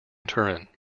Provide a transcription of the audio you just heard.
turin